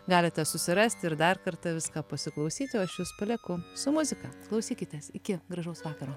galite susirasti ir dar kartą viską pasiklausyti o aš jus palieku su muzika klausykitės iki gražaus vakaro